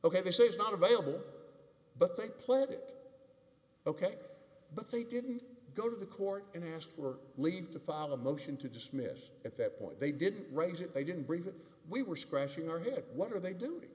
ok they say it's not available but they played it ok but they didn't go to the court and ask for leave to file a motion to dismiss at that point they didn't raise it they didn't bring that we were scratching our head what are they doing